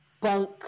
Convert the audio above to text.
bunk